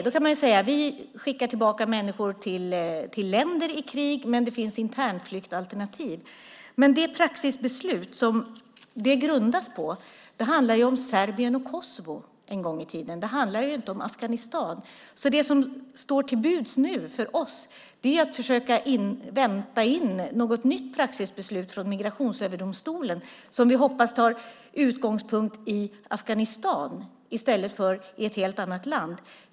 Då kan man säga att vi skickar tillbaka människor till länder i krig men att det finns internflyktalternativ. Men det praxisbeslut som det grundas på handlade om Serbien och Kosovo en gång i tiden. Det handlar inte om Afghanistan. Det som står till buds nu för oss är att försöka vänta in något nytt praxisbeslut från Migrationsöverdomstolen som vi hoppas tar utgångspunkt i Afghanistan i stället för i ett helt annat land.